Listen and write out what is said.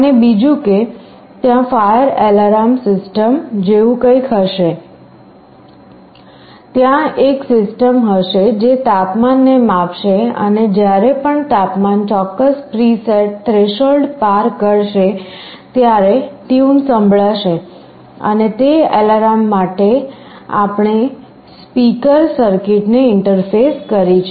અને બીજું કે ત્યાં ફાયર એલાર્મ સિસ્ટમ જેવું કંઇક હોઈ શકે છે ત્યાં એક સિસ્ટમ હશે જે તાપમાનને માપશે અને જ્યારે પણ તાપમાન ચોક્કસ પ્રીસેટ થ્રેશોલ્ડ પાર કરશે ત્યારે ટ્યુન સંભળાશે અને તે એલાર્મ માટે આપણે સ્પીકર સર્કિટને ઇન્ટરફેસ કરી છે